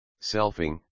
selfing